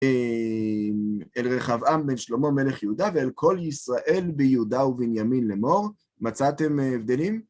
אל רחבעם בן שלמה מלך יהודה ואל כל ישראל ביהודה ובינימין לאמור. מצאתם הבדלים?